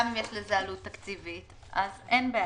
גם אם יש לזה עלות תקציבית, אין בעיה.